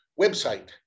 website